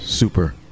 Super